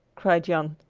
cried jan.